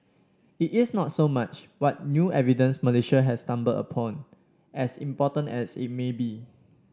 it is not so much what new evidence Malaysia has stumbled upon as important as it may be